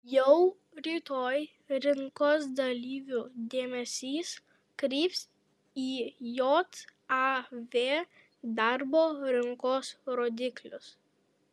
jau rytoj rinkos dalyvių dėmesys kryps į jav darbo rinkos rodiklius